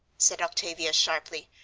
said octavia sharply,